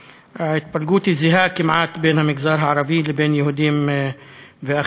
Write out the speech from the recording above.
ההתפלגות זהה כמעט בין המגזר הערבי לבין יהודים ואחרים.